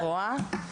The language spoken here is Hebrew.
את רואה?